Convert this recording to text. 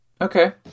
Okay